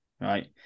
right